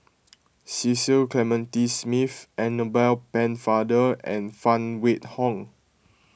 Cecil Clementi Smith Annabel Pennefather and Phan Wait Hong